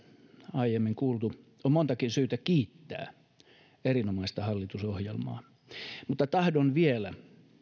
aiemmin kuultu on montakin syytä kiittää erinomaista hallitusohjelmaa mutta tahdon vielä